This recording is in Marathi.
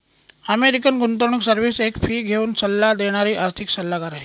अमेरिकन गुंतवणूक सर्विस एक फी घेऊन सल्ला देणारी आर्थिक सल्लागार आहे